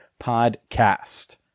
podcast